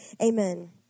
Amen